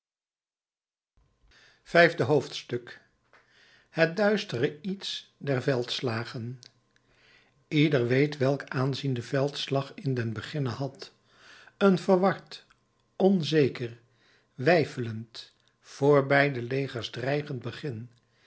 vijfde hoofdstuk het duistere iets der veldslagen ieder weet welk aanzien de veldslag in den beginne had een verward onzeker weifelend voor beide legers dreigend begin